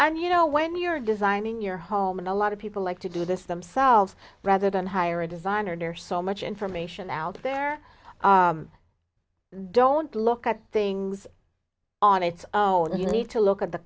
mean you know when you're designing your home and a lot of people like to do this themselves rather than hire a designer so much information out there don't look at things on its own you need to look at the